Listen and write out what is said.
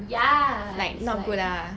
ya that's why